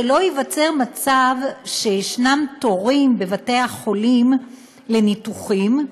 שלא ייווצר מצב שיש תורים בבתי-החולים לניתוחים,